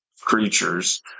creatures